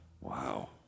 Wow